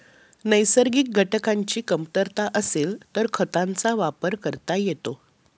नैसर्गिक घटकांची कमतरता असेल तर खतांचा वापर करता येतो